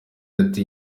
ati